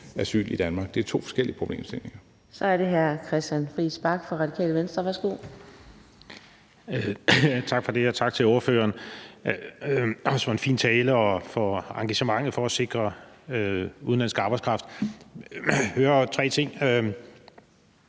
Det er to forskellige problemstillinger.